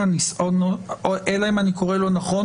אלא אם אני קורא לא נכון,